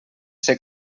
ser